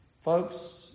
Folks